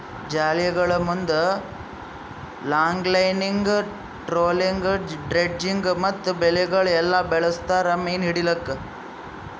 ಜಾಲಿಗೊಳ್ ಮುಂದ್ longlining, trolling, dredging ಮತ್ತ ಬಲೆಗೊಳ್ ಎಲ್ಲಾ ಬಳಸ್ತಾರ್ ಮೀನು ಹಿಡಿಲುಕ್